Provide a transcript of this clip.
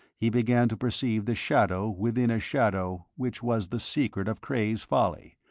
he began to perceive the shadow within a shadow which was the secret of cray's folly,